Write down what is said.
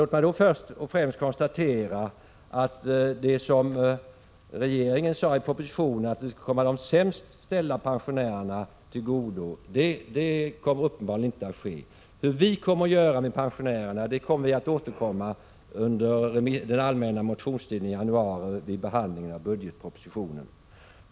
Låt mig först och främst konstatera att det som regeringen sade i propositionen om att engångsskatten skall komma de sämst ställda pensionärerna till godo uppenbarligen inte kommer att genomföras. Vi skall återkomma med våra förslag beträffande pensionärerna under den allmänna motionstiden i januari efter budgetpropositionens framläggande.